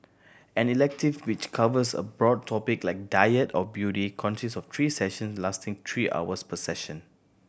an elective which covers a broad topic like diet or beauty consists of three session lasting three hours per session